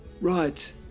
Right